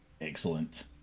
excellent